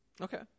Okay